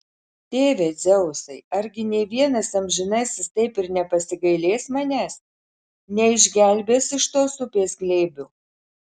tėve dzeusai argi nė vienas amžinasis taip ir nepasigailės manęs neišgelbės iš tos upės glėbio